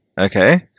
okay